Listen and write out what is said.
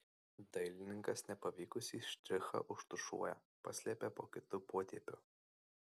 dailininkas nepavykusį štrichą užtušuoja paslepia po kitu potėpiu